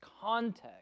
context